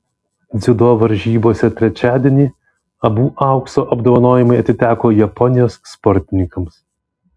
dziudo varžybose trečiadienį abu aukso apdovanojimai atiteko japonijos sportininkams